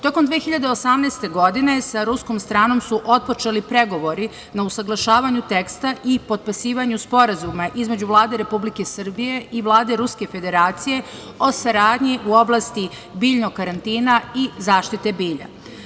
Tokom 2018. godine sa ruskom stranom su otpočeli pregovori na usaglašavanju teksta i potpisivanju Sporazuma između Vlade Republike Srbije i Vlade Ruske Federacije o saradnji u oblasti biljnog karantina i zaštite bilja.